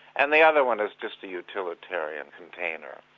and the other one is just a utilitarian container.